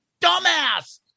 dumbass